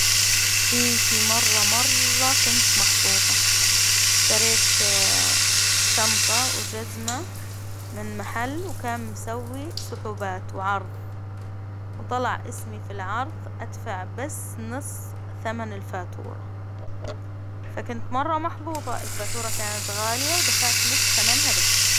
إي في مرة مرة كنت محظوظة، إشتريت شنطة وجزمة من محل وكان مسوي سحوبات وعرظ، وطلع إسمي في العرظ أدفع بس نص ثمن الفاتورة، فكنت مرة محظوظة الفاتورة كانت غالية، ودفعت نص تمنها بس.